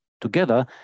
together